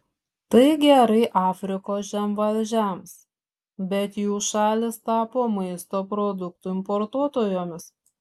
tai gerai afrikos žemvaldžiams bet jų šalys tapo maisto produktų importuotojomis